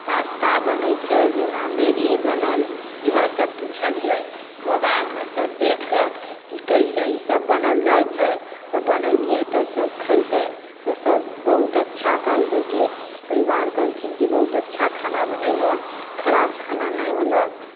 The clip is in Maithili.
पास्ता बनैत छै जेना मैगी बनल इहोसभ पुछलियै मोबाइलमे सभ देखि कऽ की कइसे इसभ बनाओल जाइ छै तऽ बनेलियै तऽ सभ खेलकै तऽ सभ बहुत अच्छा कहलकै कि परिवार कहलखिन कि बहुत अच्छा खाना बनेलहु हइ खराब खाना नहि होलह